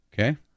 Okay